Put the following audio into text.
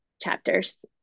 chapters